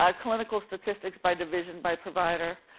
ah clinical statistics by division, by provider.